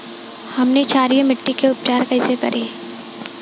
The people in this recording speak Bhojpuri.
हमनी क्षारीय मिट्टी क उपचार कइसे करी?